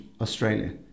Australia